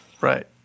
Right